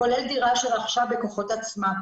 כולל דירה שרכשה בכוחות עצמה.